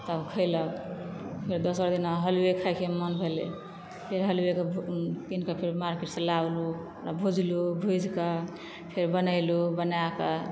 तब खैलक फेर दोसर दिना हलुए खाय के मोन भेलै फेर हलुए के कीन के फेर मार्केट सॅं आनलहुॅं तब भूजलहुॅं भूजि के फेर बनेलहुॅं बना के